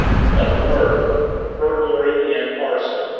double murder burglary and arson!